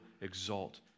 exalt